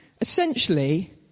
Essentially